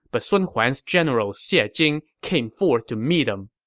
but sun huan's general xie ah jing came forth to meet him.